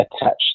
attached